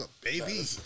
baby